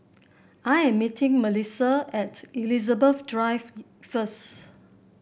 I am meeting Melisa at Elizabeth Drive first